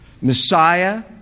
Messiah